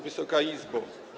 Wysoka Izbo!